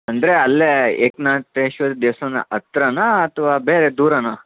ಅಂದರೆ ಅಲ್ಲೇ ಏಕ್ನಾಥೇಶ್ವರ ದೇವಸ್ಥಾನ ಹತ್ರನಾ ಅಥವಾ ಬೇರೆ ದೂರನಾ